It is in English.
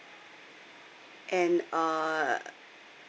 and uh